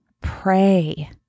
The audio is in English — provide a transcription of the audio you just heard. pray